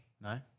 No